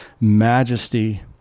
majesty